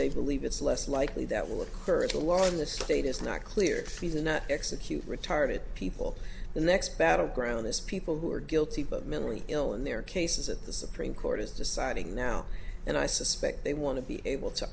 they believe it's less likely that will occur if the law in the state is not clear if these and execute retarded people the next battleground this people who are guilty but mentally ill in their cases at the supreme court is deciding now and i suspect they want to be able to